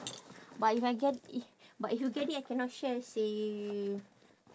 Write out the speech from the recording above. but if I get i~ but if you get it I cannot share seh